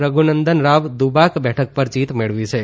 રધુનન્દન રાવ દુબ્બાક બેઠક પર જીત મેળવી છે